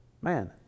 man